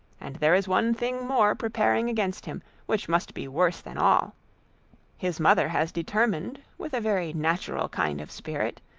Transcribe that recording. and there is one thing more preparing against him, which must be worse than all his mother has determined, with a very natural kind of spirit,